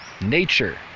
nature